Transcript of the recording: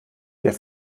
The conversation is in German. der